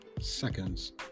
seconds